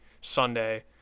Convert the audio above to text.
Sunday